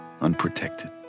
unprotected